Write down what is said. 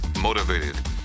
motivated